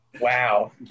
Wow